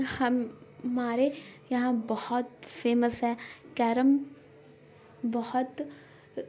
ہم ہمارے یہاں بہت فیمس ہے کیرم بہت